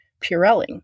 Purelling